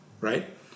right